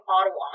Ottawa